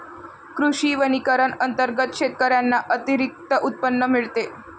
कृषी वनीकरण अंतर्गत शेतकऱ्यांना अतिरिक्त उत्पन्न मिळते